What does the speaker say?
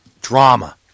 drama